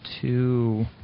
two